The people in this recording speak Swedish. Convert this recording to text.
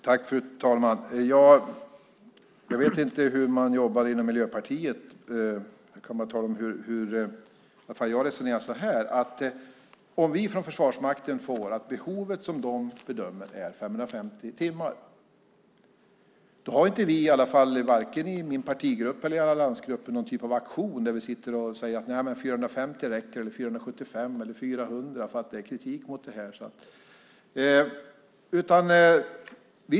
Fru talman! Jag vet inte hur man jobbar inom Miljöpartiet. Men jag resonerar så här. Om Försvarsmakten bedömer att behovet är 550 timmar, har vi inte i vare sig min partigrupp eller i alliansgruppen någon typ av auktion där vi sitter och säger att det räcker med 450, 475 eller 400, därför att det är kritik mot det här.